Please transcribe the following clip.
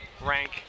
rank